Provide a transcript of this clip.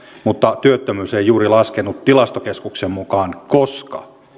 mutta työttömyys ei juuri laskenut tilastokeskuksen mukaan koska